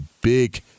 big